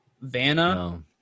Vanna